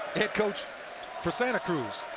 coach for santa cruz.